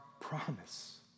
promise